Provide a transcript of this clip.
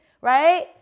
Right